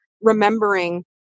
remembering